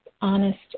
honest